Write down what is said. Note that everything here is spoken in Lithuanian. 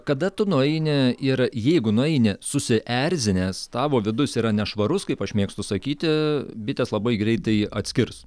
kada tu nueini ir jeigu nueini susierzinęs tavo vidus yra nešvarus kaip aš mėgstu sakyti bitės labai greitai atskirs